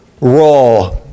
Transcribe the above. raw